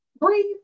Breathe